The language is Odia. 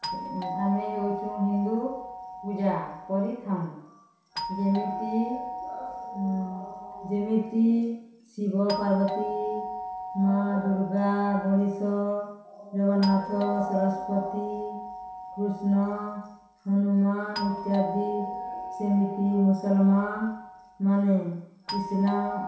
ଆମେ ହେଉଛୁ ହିନ୍ଦୁ ପୂଜା କରିଥାଉ ଯେମିତି ଯେମିତି ଶିବ ପାର୍ବତୀ ମା' ଦୁର୍ଗା ଗଣେଶ ଜଗନ୍ନାଥ ସରସ୍ଵତୀ କୃଷ୍ଣ ହନୁମାନ ଇତ୍ୟାଦି ସେମିତି ମୁସଲମାନମାନେ ଇସ୍ଲାମ୍